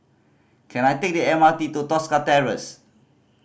can I take the M R T to Tosca Terrace